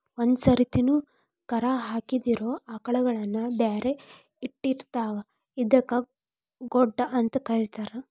ಒಂದ್ ಸರ್ತಿನು ಕರಾ ಹಾಕಿದಿರೋ ಆಕಳಗಳನ್ನ ಬ್ಯಾರೆ ಇಟ್ಟಿರ್ತಾರ ಇವಕ್ಕ್ ಗೊಡ್ಡ ಅಂತ ಕರೇತಾರ